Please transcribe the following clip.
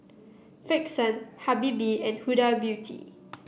Frixion Habibie and Huda Beauty